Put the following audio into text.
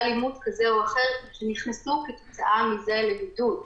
עימות כזה או אחר שהם נכנסו כתוצאה מזה לבידוד.